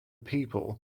people